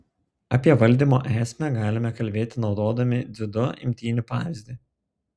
apie valdymo esmę galime kalbėti naudodami dziudo imtynių pavyzdį